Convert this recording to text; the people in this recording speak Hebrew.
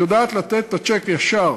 יודעת לתת את הצ'ק ישר